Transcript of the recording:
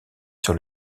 sur